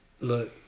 Look